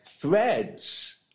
Threads